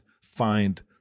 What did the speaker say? find